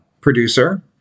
producer